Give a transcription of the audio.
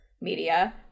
media